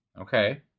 Okay